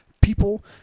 People